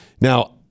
now